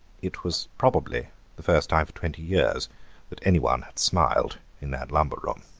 it was probably the first time for twenty years that anyone had smiled in that lumber-room.